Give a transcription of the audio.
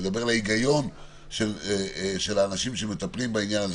לדבר להיגיון של האנשים שמטפלים בעניין הזה,